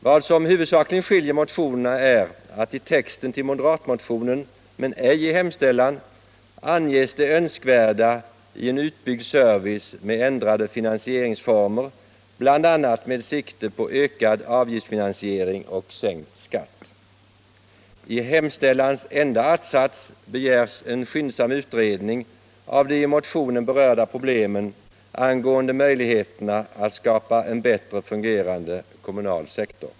Vad som huvudsakligen skiljer motionerna är att i texten till moderatmotionen, men inte i hemställan, anges det önskvärda i en utbyggd service med ändrade finansieringsformer, bl.a. med sikte på ökad avgiftsfinansiering och sänkt skatt. I hemställans enda att-sats begärs en skyndsam utredning av de i motionen berörda problemen angående möjligheterna att skapa en bättre fungerande kommunal sektor.